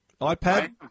ipad